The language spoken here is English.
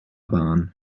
barn